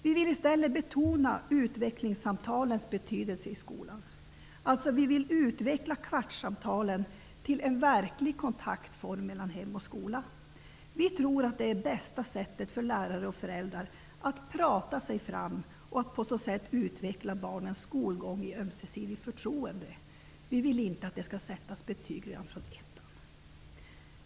Vi vill i stället betona utvecklingssamtalens betydelse i skolan. Vi vill alltså utveckla kvartssamtalen till en verklig kontaktform mellan hem och skola. Vi tror att det bästa sättet för lärare och föräldrar är att prata sig fram och att på det sättet utveckla barnens skolgång i ömsesidigt förtroende. Vi vill inte att betyg sätts redan i ettan.